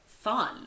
fun